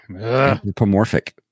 anthropomorphic